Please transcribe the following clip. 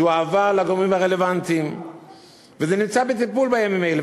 זה הועבר לגורמים הרלוונטיים וזה נמצא בטיפול בימים האלה.